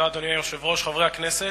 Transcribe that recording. אדוני היושב-ראש, חברי הכנסת,